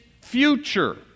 future